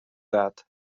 that